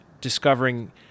discovering